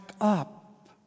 up